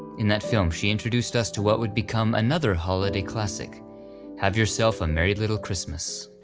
in that film she introduced us to what would become another holiday classic have yourself a merry little christmas.